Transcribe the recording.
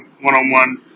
one-on-one